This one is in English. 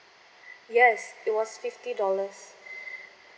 yes it was fifty dollars